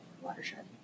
watershed